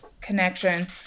connection